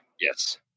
Yes